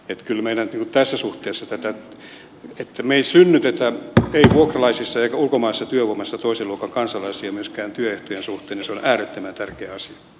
kyllä meidän tässä suhteessa pitää toimia niin että me emme synnytä vuokralaisissa emmekä ulkomaisessa työvoimassa toisen luokan kansalaisia myöskään työehtojen suhteen ja se on äärettömän tärkeä asia